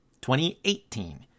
2018